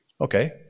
Okay